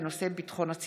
(הוראת שעה),